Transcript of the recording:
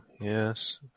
Yes